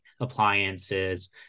appliances